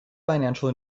financial